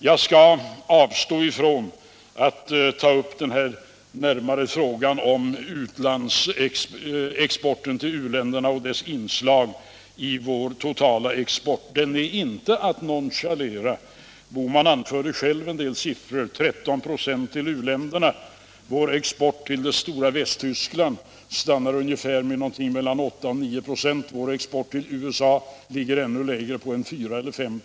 Jag skall avstå från att närmare gå in på frågan om exporten till uländerna och dess betydelse för vår totala export. Den är emellertid inte att nonchalera. Herr Bohman anförde själv att 13 96 av exporten går till u-länderna. Vår export till det stora Västtyskland stannar ungefär vid 8 å 9 96. Vår export till USA är ännu lägre — den ligger på 4 å 5 96.